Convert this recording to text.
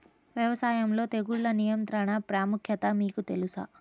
వ్యవసాయంలో తెగుళ్ల నియంత్రణ ప్రాముఖ్యత మీకు తెలుసా?